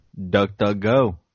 DuckDuckGo